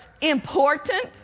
important